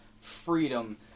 freedom